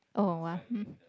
oh !wah! hmm